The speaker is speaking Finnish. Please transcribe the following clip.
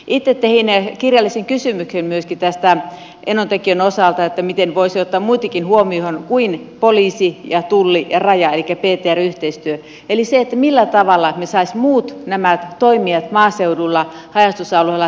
itse tein kirjallisen kysymyksen myöskin enontekiön osalta siitä miten voisi ottaa muitakin huomioon kuin poliisin ja tullin ja rajan elikkä ptr yhteistyön eli millä tavalla me saisimme nämä muut toimijat maaseudulla haja asutusalueilla tähän matkaan